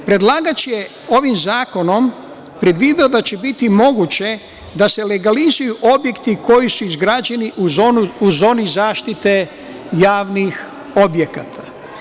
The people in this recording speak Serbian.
Predlagač je ovim zakonom predvideo da će biti moguće da se legalizuju objekti koji su izgrađeni u zoni zaštite javnih objekata.